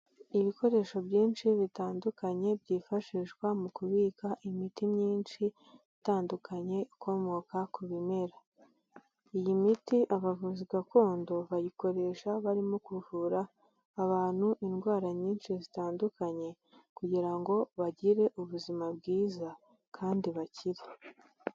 Ibikoresho byinshi bitandukanye byifashishwa mu kubika imiti myinshi itandukanye ikomoka ku bimera iyi miti abavuzi gakondo bayikoresha barimo kuvura abantu indwara nyinshi zitandukanye kugira ngo bagire ubuzima bwiza kandi bakire.